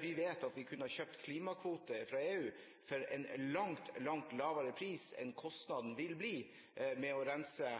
vi vet at vi kunne ha kjøpt klimakvoter fra EU for en langt, langt lavere pris enn kostnaden vil bli ved å rense